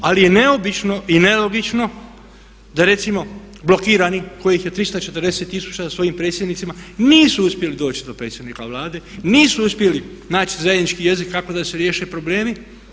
Ali je neobično i nelogično da recimo blokiranih kojih je 340 tisuća sa svojim predsjednicima nisu uspjeli doći do predsjednika Vlade, nisu uspjeli naći zajednički jezik kako da se riješe problemi.